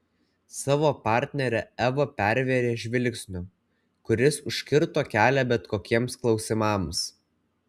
savo partnerę eva pervėrė žvilgsniu kuris užkirto kelią bet kokiems klausimams